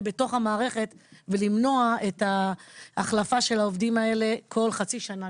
בתוך המערכת ולמנוע את ההחלפה של העובדים האלה כל חצי שנה.